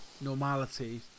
normality